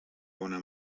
bona